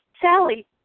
Sally